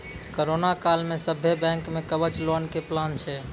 corona काल मे सभ्भे बैंक मे कवच लोन के प्लान छै